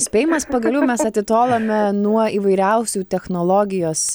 spėjimas pagaliau mes atitolome nuo įvairiausių technologijos